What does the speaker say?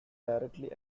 directly